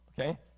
Okay